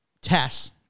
tests